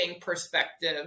perspective